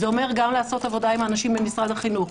זה אומר גם לעשות עבודה עם האנשים במשרד החינוך,